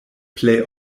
plej